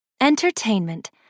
Entertainment